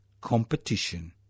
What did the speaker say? competition